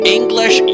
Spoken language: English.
English